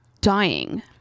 dying